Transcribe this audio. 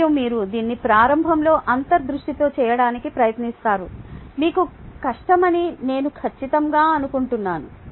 మరియు మీరు దీన్ని ప్రారంభంలో అంతర్ దృష్టితో చేయడానికి ప్రయత్నిస్తారు మీకు కష్టమని నేను ఖచ్చితంగా అనుకుంటున్నాను